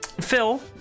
Phil